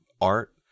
art